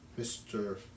Mr